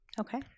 Okay